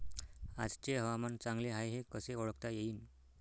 आजचे हवामान चांगले हाये हे कसे ओळखता येईन?